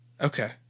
Okay